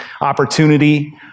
opportunity